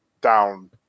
down